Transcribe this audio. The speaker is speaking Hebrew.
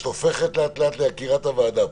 את הופכת לאט לאט ליקירת הוועדה פה.